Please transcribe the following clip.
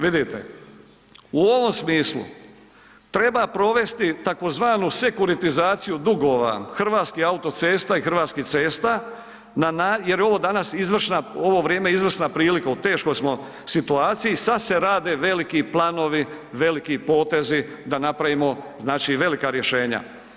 Vidite, u ovom smislu treba provesti tzv. sekuritizaciju dugova Hrvatskih autocesta i Hrvatskih cesta na način, jer je ovo danas izvršna, ovo vrijeme je izvrsna prilika, u teškoj smo situaciji, sad se rade veliki planovi, veliki potezi da napravimo, znači velika rješenja.